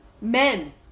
Men